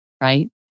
right